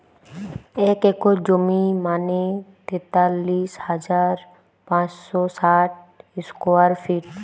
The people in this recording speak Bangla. এক একর জমি মানে তেতাল্লিশ হাজার পাঁচশ ষাট স্কোয়ার ফিট